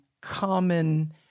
common